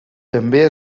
també